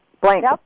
Blank